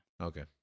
Okay